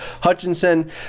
Hutchinson